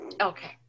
Okay